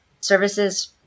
services